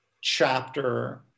chapter